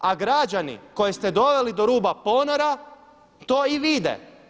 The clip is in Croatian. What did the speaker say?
A građani koje ste doveli do ruba ponora to i vide.